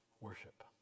worship